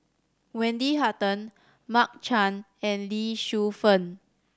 Wendy Hutton Mark Chan and Lee Shu Fen